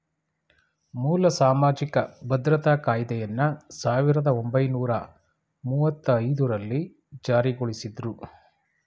ಮೂಲ ಸಾಮಾಜಿಕ ಭದ್ರತಾ ಕಾಯ್ದೆಯನ್ನ ಸಾವಿರದ ಒಂಬೈನೂರ ಮುವ್ವತ್ತಐದು ರಲ್ಲಿ ಜಾರಿಗೊಳಿಸಿದ್ರು